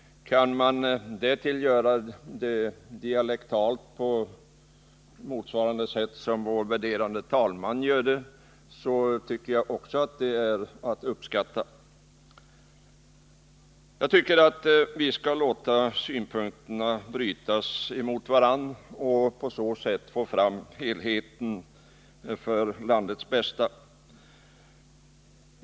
Att dessutom framföra sina synpunkter dialektalt, som vår värderade talman gör, tycker jag är värt all uppskattning. Jag tycker vi skall låta synpunkterna brytas mot varandra och på så sätt få fram helheten för landets bästa.